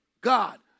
God